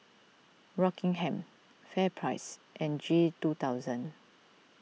Rockingham FairPrice and G two thousand